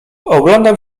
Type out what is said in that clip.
oglądam